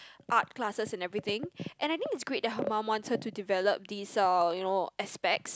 art classes and everything and I think it's great that her mum wants her to develop these uh you know aspects